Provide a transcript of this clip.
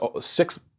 six